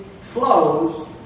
flows